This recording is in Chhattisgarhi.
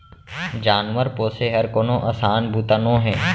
जानवर पोसे हर कोनो असान बूता नोहे